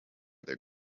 their